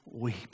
weep